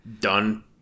done